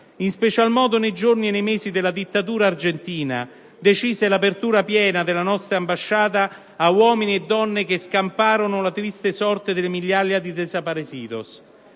In special modo, nei giorni e nei mesi della dittatura argentina, decise l'apertura piena della nostra ambasciata a uomini e donne che scamparono la triste sorte delle migliaia di *desaparecidos*.